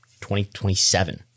2027